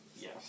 Yes